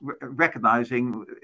recognizing